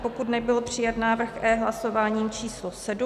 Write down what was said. Pokud nebyl přijat návrh E hlasováním číslo sedm;